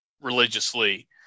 religiously